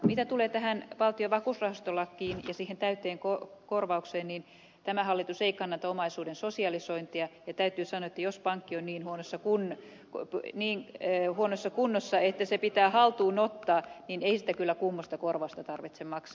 mitä tulee tähän valtion vakuusrahastolakiin ja siihen täyteen korvaukseen niin tämä hallitus ei kannata omaisuuden sosialisointia ja täytyy sanoa että jos pankki on niin huonossa kunnossa että se pitää haltuun ottaa niin ei siitä kyllä kummoista korvausta tarvitse maksaa